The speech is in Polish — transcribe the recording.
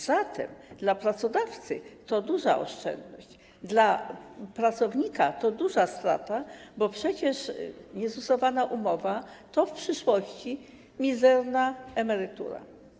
Zatem dla pracodawcy to duża oszczędność, a dla pracownika to duża strata, bo przecież nieozusowana umowa to w przyszłości mizerna emerytura.